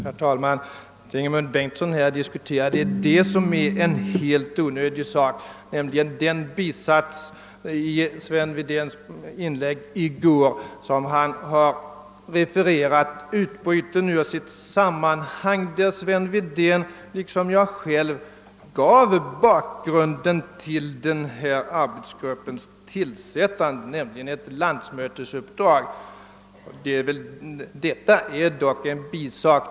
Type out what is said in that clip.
Herr talman! Vad Ingemund Bengtsson här talar om, en bisats i Sven Wedéns inlägg i går, är ju en helt oväsent lig sak. Den bisatsen har herr Bengtsson refererat utbruten ur sitt sammanhang. Herr Wedén gav liksom jag själv bakgrunden till arbetsgruppens tillsättande, som var ett uppdrag från landsmötet. Det är emellertid en bisak.